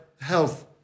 health